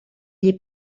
gli